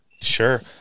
Sure